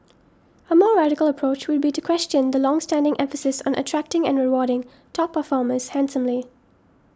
a more radical approach would be to question the longstanding emphasis on attracting and rewarding top performers handsomely